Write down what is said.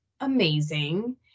amazing